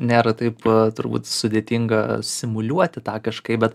nėra taip turbūt sudėtinga simuliuoti tą kažkaip bet